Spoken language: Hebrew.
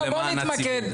בואו נתמקד.